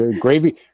gravy